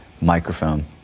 microphone